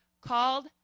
called